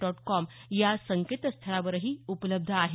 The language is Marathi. डॉट कॉम या संकेतस्थळावरही उपलब्ध आहे